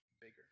bigger